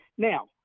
Now